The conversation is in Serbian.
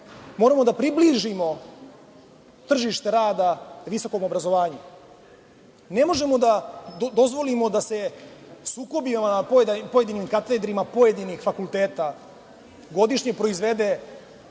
Moramo da približimo tržište rada visokom obrazovanju. Ne možemo da dozvolimo da se sukobima na pojedinim katedrama, pojedinih fakulteta godišnje proizvede